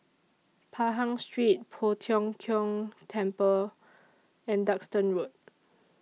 Pahang Street Poh Tiong Kiong Temple and Duxton Road